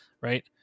right